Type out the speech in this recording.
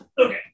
Okay